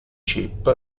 chip